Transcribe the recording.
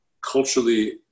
culturally